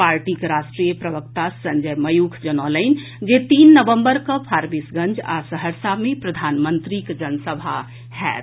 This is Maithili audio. पार्टीक राष्ट्रीय प्रवक्ता संजय मयूख जनौलनि जे तीन नवम्बर कऽ फारबिसगंज आ सहरसा मे प्रधानमंत्रीक जनसभा होयत